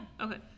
Okay